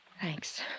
Thanks